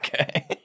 Okay